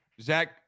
zach